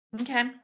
Okay